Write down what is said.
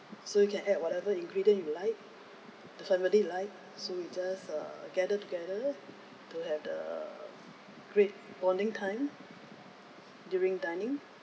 so you can add whatever ingredient you like the family like so you just uh gather together to have the great bonding time during dining